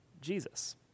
Jesus